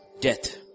death